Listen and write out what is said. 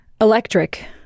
electric